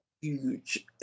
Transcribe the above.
huge